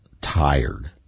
tired